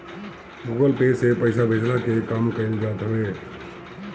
Google Pay से पईसा भेजला के काम कईल जात हवे